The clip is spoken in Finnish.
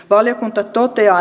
valiokunta toteaa